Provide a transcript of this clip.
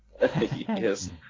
Yes